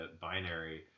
binary